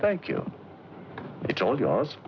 thank you it's all yours